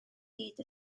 gyd